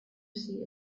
see